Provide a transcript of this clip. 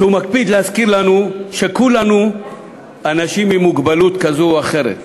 שמקפיד להזכיר לנו שכולנו אנשים עם מוגבלות כזאת או אחרת.